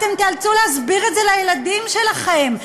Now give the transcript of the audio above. אתם תיאלצו להסביר את זה לילדים שלכם.